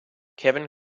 kevin